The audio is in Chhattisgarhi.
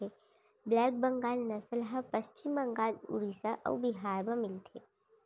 ब्लेक बंगाल नसल ह पस्चिम बंगाल, उड़ीसा अउ बिहार म मिलथे